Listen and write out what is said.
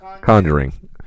conjuring